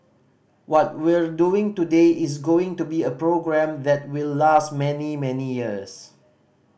what we're doing today is going to be a program that will last many many years